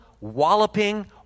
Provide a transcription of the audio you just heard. walloping